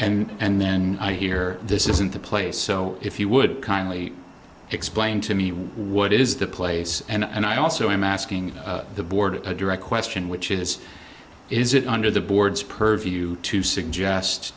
fifty and then i hear this isn't the place so if you would kindly explain to me what is the place and i also am asking the board a direct question which is is it under the board's purview to suggest